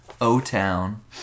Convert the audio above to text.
o-town